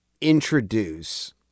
introduce